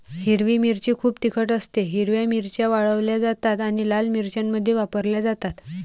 हिरवी मिरची खूप तिखट असतेः हिरव्या मिरच्या वाळवल्या जातात आणि लाल मिरच्यांमध्ये वापरल्या जातात